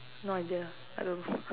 no idea I don't